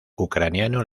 ucraniano